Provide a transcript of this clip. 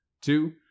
Two